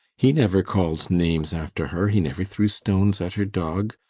he never called names after her he never threw stones at her dog.